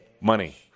Money